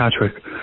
Patrick